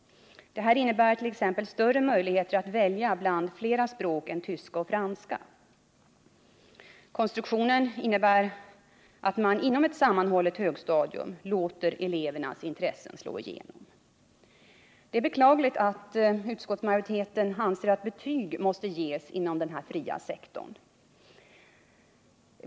Detta innebär t.ex. större möjligheter att välja bland flera språk än tyska och franska. Konstruktionen innebär att man inom ett sammanhållet högstadium låter elevernas intressen slå igenom. Det är beklagligt att utskottsmajoriteten anser att betyg måste ges inom den fria sektorn.